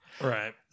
Right